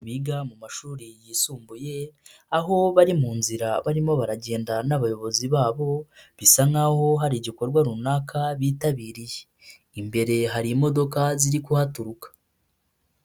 Biga mu mashuri yisumbuye aho bari mu nzira barimo baragendana n'abayobozi babo bisa nk'aho hari igikorwa runaka bitabiriye, imbere hari imodoka ziri kuhaturuka.